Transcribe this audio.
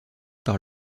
par